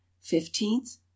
fifteenth